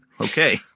okay